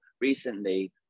recently